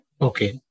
Okay